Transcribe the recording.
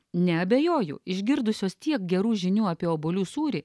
neabejoju išgirdusios tiek gerų žinių apie obuolių sūrį